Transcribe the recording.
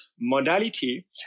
modality